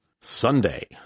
Sunday